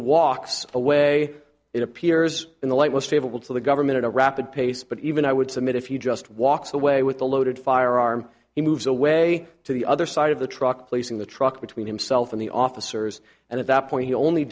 walks away it appears in the light was favorable to the government at a rapid pace but even i would submit if you just walks away with a loaded firearm he moves away to the other side of the truck placing the truck between himself and the officers and at that point he only